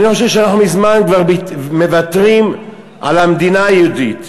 אני חושב שאנחנו כבר מזמן מוותרים על המדינה היהודית.